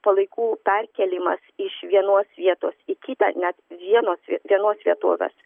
palaikų perkėlimas iš vienos vietos į kitą net vienos vienos vietovės